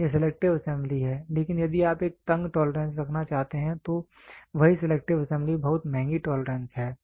तो यह selective assembly है लेकिन यदि आप एक तंग टॉलरेंस रखना चाहते हैं तो वही सेलेक्टिव असेंबली बहुत महंगी टॉलरेंस है